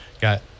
got